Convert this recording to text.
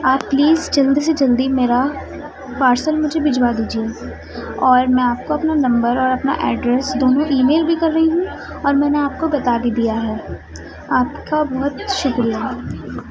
آپ پلیز جلدی سے جلدی میرا پارسل مجھے بھجوا دیجیے اور میں آپ کو اپنا نمبر اور اپنا ایڈریس دونوں ای میل بھی کر رہی ہوں اور میں نے آپ کو بتا بھی دیا ہے آپ کا بہت شکریہ